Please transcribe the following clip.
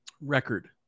record